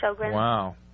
Wow